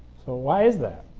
so, why is that?